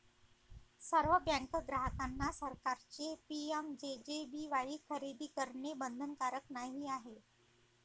सर्व बँक ग्राहकांना सरकारचे पी.एम.जे.जे.बी.वाई खरेदी करणे बंधनकारक नाही आहे